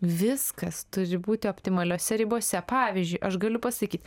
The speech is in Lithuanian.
viskas turi būti optimaliose ribose pavyzdžiui aš galiu pasakyt